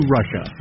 Russia